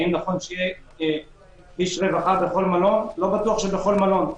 האם נכון שיהיה איש רווחה בכל מלון לא בטוח שבכל מלון.